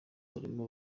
harimo